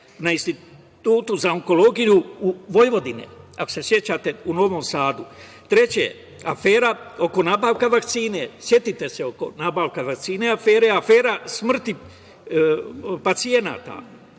na Institutu za onkologiju Vojvodine, ako se sećate u Novom Sadu. Treće, afera oko nabavke vakcina. Setite se, oko nabavke vakcina. Afera - smrti pacijenata,